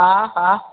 हा हा